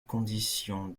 condition